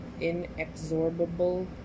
inexorable